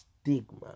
stigma